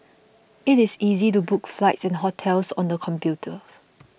it is easy to book flights and hotels on the computers